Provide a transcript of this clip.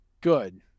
Good